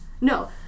No